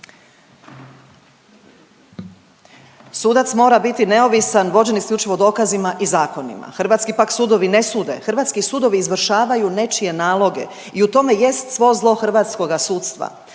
Sudac mora biti neovisan, vođen isključivo dokazima i zakonima. Hrvatski pak sudovi ne sude, hrvatski sudovi izvršavaju nečije naloge i u tome jest svo zlo hrvatskoga sudstva.